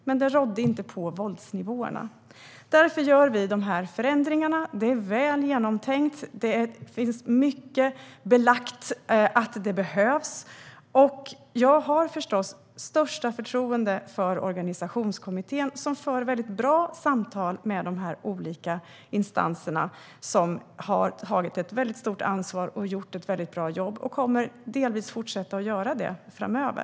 Detta rådde ändå inte på våldsnivåerna. Därför gör vi dessa förändringar. Det hela är väl genomtänkt och behovet av förändringar är väl belagt. Jag har största förtroende för organisationskommittén, som för väldigt bra samtal med de olika instanser som har tagit ett stort ansvar och gjort ett bra jobb. De kommer delvis även att fortsätta med detta framöver.